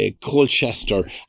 Colchester